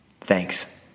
Thanks